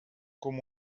com